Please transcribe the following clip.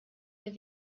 der